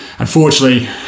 Unfortunately